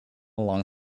along